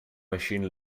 machine